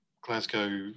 Glasgow